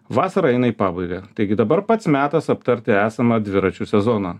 vasara eina į pabaigą taigi dabar pats metas aptarti esamą dviračių sezoną